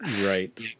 right